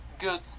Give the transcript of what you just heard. good